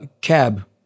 cab